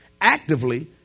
Actively